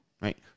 right